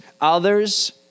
others